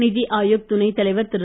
நிதிஆயோக் துணைத் தலைவர் திரு